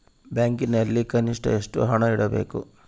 ಬ್ಯಾಂಕಿನಲ್ಲಿ ಕನಿಷ್ಟ ಎಷ್ಟು ಹಣ ಇಡಬೇಕು?